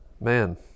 man